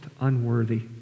unworthy